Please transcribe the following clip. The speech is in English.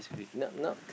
now now